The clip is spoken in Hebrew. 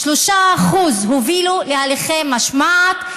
3% הובילו להליכי משמעת,